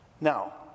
Now